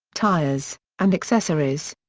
tires, and accessories.